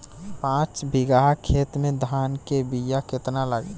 पाँच बिगहा खेत में धान के बिया केतना लागी?